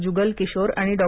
जुगल किशोर आणि डॉ